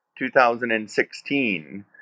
2016